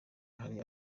hari